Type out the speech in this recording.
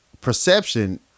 perception